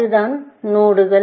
அதுதான் நோடுகள்